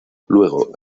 luego